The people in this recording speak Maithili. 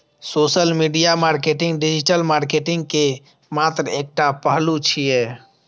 social media marketing digital marketing के मात्र एकटा पहलू छियै